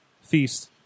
feast